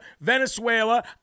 Venezuela